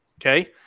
Okay